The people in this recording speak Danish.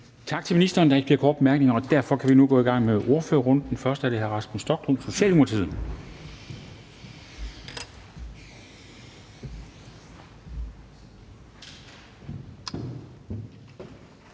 Tak til ministeren. Der er ikke flere korte bemærkninger, og derfor kan vi nu gå i gang med ordførerrunden. Først er det hr. Rasmus Stoklund, Socialdemokratiet.